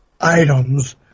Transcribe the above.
items